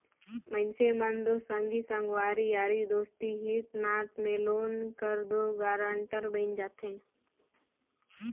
मइनसे मन दो संगी संगवारी यारी दोस्ती हित नात में लोन कर दो गारंटर बइन जाथे